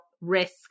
Risk